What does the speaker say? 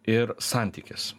ir santykis